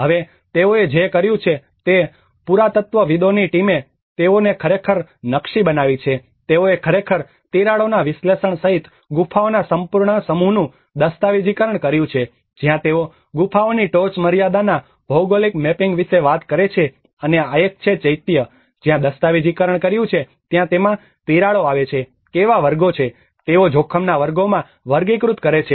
હવે તેઓએ જે કર્યું તે પુરાતત્ત્વવિદોની ટીમે તેઓને ખરેખર નકશી બનાવી છે તેઓએ ખરેખર તિરાડોના વિશ્લેષણ સહિત ગુફાઓના સંપૂર્ણ સમૂહનું દસ્તાવેજીકરણ કર્યું છે જ્યાં તેઓ ગુફાઓની ટોચમર્યાદાના ભૌગોલિક મેપિંગ વિશે વાત કરે છે અને આ એક છે ચૈત્ય જ્યાં દસ્તાવેજીકરણ કર્યું છે ત્યાં તેમાં તિરાડો આવે છે કેવા વર્ગો છે તેઓ જોખમના વર્ગોમાં વર્ગીકૃત કરે છે